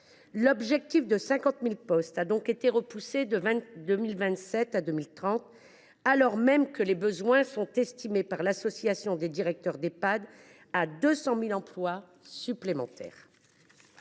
L’objectif de 50 000 postes a donc été repoussé de 2027 à 2030, alors même que les besoins sont estimés par l’association des directeurs d’Ehpad à 200 000 emplois supplémentaires.